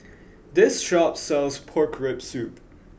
this shop sells pork rib soup